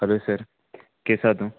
hello sir केस हा तूं